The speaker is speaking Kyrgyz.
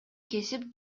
кесип